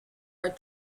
are